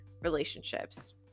relationships